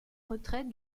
retrait